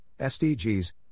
SDGs